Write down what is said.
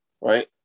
right